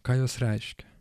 ką jos reiškia